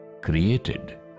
created